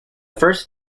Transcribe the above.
first